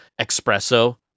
Espresso